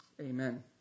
amen